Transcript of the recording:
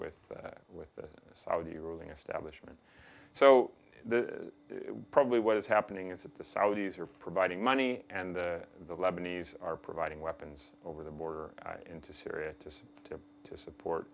with with the saudi ruling establishment so probably what is happening is that the saudis are providing money and the lebanese are providing weapons over the border into syria to support